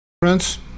friends